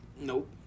nope